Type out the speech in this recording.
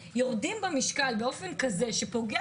אבל יורדים במשקל באופן כזה שפוגע